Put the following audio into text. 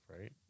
right